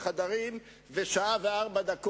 זה לא ייקח הרבה זמן.